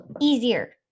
easier